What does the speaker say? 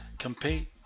Compete